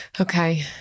Okay